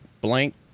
blank